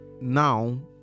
now